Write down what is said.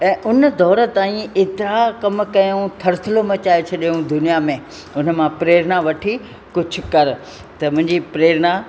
ऐं उन दौर ताईं एतिरा कम कयूं थर्थलो मचाए छॾियो दुनिया में उन मां प्रेरणा वठी कुझु करि त मुंहिंजी प्रेरणा